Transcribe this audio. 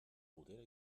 gotera